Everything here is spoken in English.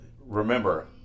remember